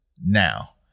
now